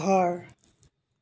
ঘৰ